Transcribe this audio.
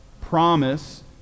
promise